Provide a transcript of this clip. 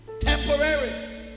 Temporary